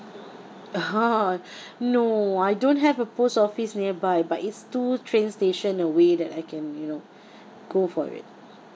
oh no I don't have a post office nearby but it's two train station away that I can you know go for it